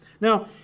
Now